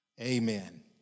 Amen